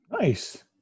Nice